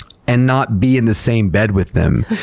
and not be in the same bed with them.